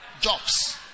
jobs